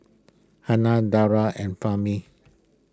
Hana Dara and Fahmi